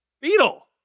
Beetle